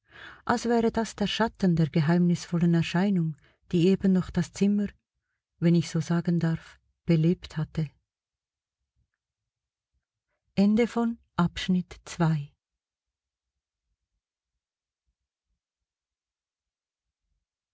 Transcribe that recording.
als wäre das der schatten der geheimnisvollen erscheinung die eben noch das zimmer wenn ich so sagen darf belebt hatte